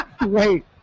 Wait